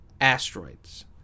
asteroids